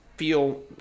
Feel